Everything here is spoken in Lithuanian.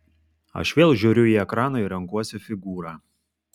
aš vėl žiūriu į ekraną ir renkuosi figūrą